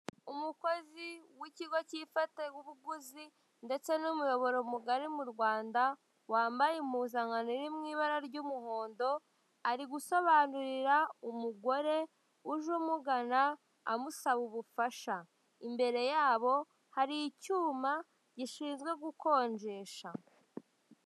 Umukozi w'ikigo cy'ifatabuguzi ndetse n'umuyoboro mugari mu Rwanda wambaye impuzankano mu ibara ry'umuhondo, ari gusobanurira umugore uje umugana amusaba ubufasha. Imbere yabo hari icyuma gishinzwe gukonjesha.